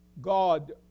God